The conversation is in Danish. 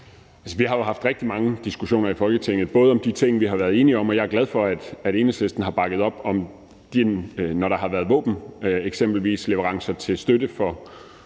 Vi har jo haft rigtige mange diskussioner i Folketinget, også om de ting, vi har været enige om, og jeg er glad for, at Enhedslisten har bakket op, når der har været våbenleverancer eksempelvis til støtte for